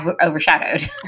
overshadowed